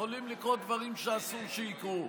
יכולים לקרות דברים שאסור שיקרו,